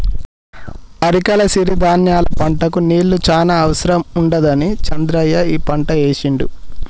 అరికల సిరి ధాన్యాల పంటకు నీళ్లు చాన అవసరం ఉండదని చంద్రయ్య ఈ పంట ఏశిండు